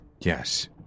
Yes